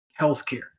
healthcare